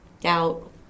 doubt